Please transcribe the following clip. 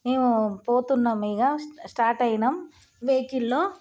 మేము పోతున్నాం ఇక స్టార్ట్ అయినాం వెహికల్లో